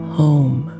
home